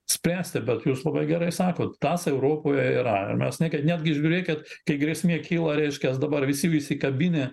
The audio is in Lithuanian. spręsti bet jūs labai gerai sakot tas europoje yra ir mes nekė netgi žiūrėkit kai grėsmė kyla reiškias dabar visi visi kabinę